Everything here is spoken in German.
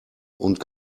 und